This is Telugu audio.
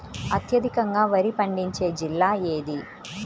అత్యధికంగా వరి పండించే జిల్లా ఏది?